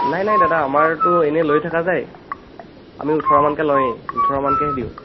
নাই নাই দাদা আমাৰটো এনে লৈ থকা যায় আমি ওঁঠৰমানকৈ লওঁয়েই ওঁঠৰ মানকৈ হে দিওঁ